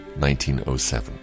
1907